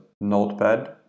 notepad